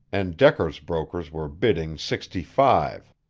and decker's brokers were bidding sixty-five.